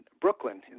Brooklyn